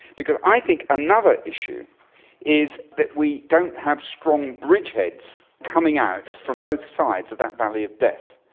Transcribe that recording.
because i think another issue is that we don't have strong bridgeheads coming out from both sides of that valley of death,